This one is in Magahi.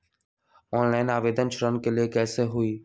ऑनलाइन आवेदन ऋन के लिए कैसे हुई?